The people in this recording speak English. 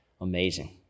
amazing